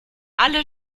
alle